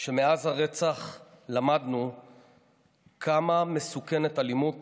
שמאז הרצח למדנו כמה מסוכנת אלימות